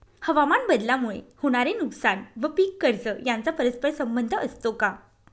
हवामानबदलामुळे होणारे नुकसान व पीक कर्ज यांचा परस्पर संबंध असतो का?